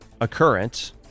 occurrence